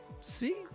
See